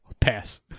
pass